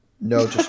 no